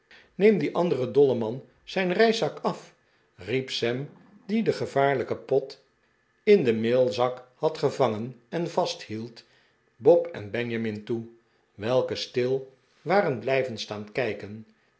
neem dien anderen dolleman zijn reiszak af riep sam die den gevaarlijken pott in den meelzak had gevangen en vasthield bob en benjamin toe welke stil war en blijven staan kijken